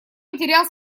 потерял